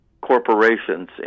corporations